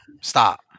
Stop